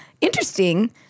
interesting